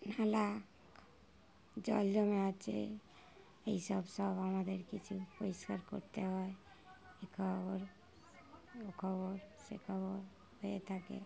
নালা জল জমে আচে এইসব সব আমাদের কিছু পরিষ্কার করতে হয় এক খবর ও খবর সে খবর হয়ে থাকে